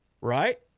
Right